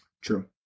True